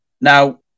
Now